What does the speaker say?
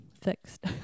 fixed